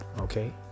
Okay